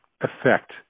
effect